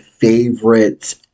favorite